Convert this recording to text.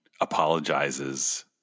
apologizes